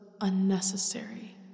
unnecessary